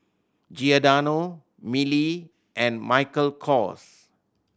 Giordano Mili and Michael Kors